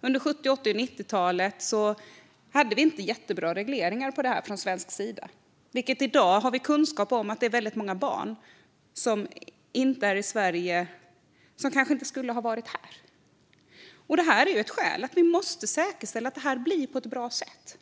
Under 1970, 1980 och 1990-talen hade vi inte jättebra regleringar av detta från svensk sida. I dag har vi kunskap om att det är väldigt många barn som kanske inte skulle ha varit här. Det är ett skäl till att vi måste säkerställa att det vi nu diskuterar blir av på ett bra sätt.